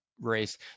race